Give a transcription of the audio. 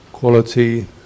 quality